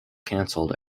cancelled